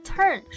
Turn